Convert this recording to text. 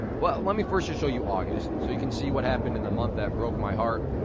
well, let me first just show you august. so you can see what happened in the month that broke my heart,